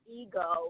ego